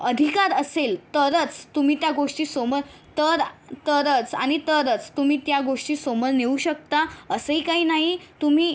अधिकार असेल तरच तुम्ही त्या गोष्टी समोर तर तरच आणि तरच तुम्ही त्या गोष्टी समोर नेऊ शकता असंही काही नाही तुम्ही